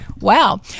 Wow